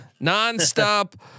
Nonstop